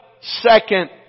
second